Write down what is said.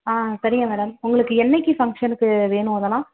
ஆ சரிங்க மேடம் உங்களுக்கு என்னைக்கு ஃபங்க்ஷனுக்கு வேணும் அதெல்லாம்